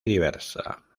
diversa